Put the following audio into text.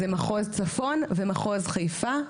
זה מחוז צפון ומחוז חיפה.